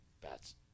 Bats